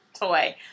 toy